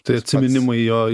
tai atsiminimai jo